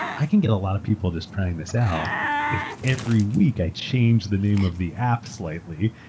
i can get a lot of people just trying this out if every week i change the name of the apps slightly,